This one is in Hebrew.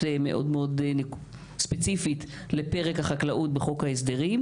מאוד ספציפית לפרק החקלאות בחוק ההסדרים,